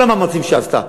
כל המאמצים שהיא עשתה,